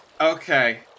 Okay